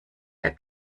der